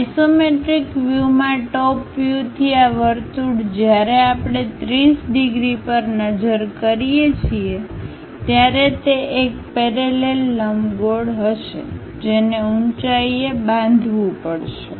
isometric વ્યૂમાં top view થી આ વર્તુળ જ્યારે આપણે 30 ડિગ્રી પર નજર કરીએ છીએ ત્યારે તે એક પેરેલલ લંબગોળ હશે જેને ઊંચાઈએ બાંધવું પડશે 30